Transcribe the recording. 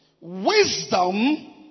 Wisdom